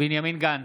בנימין גנץ,